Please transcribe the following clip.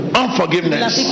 unforgiveness